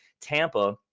Tampa